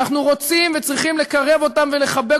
ואנחנו רוצים וצריכים לקרב אותם ולחבק